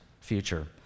future